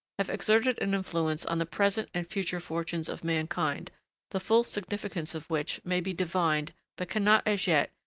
have exerted an influence on the present and future fortunes of mankind the full significance of which may be divined, but cannot, as yet,